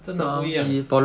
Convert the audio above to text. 真的不一样